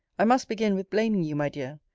i must begin with blaming you, my dear,